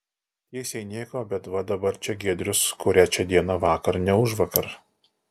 tiesiai nieko bet va dabar čia giedrius kurią čia dieną vakar ne užvakar